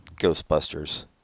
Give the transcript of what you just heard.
Ghostbusters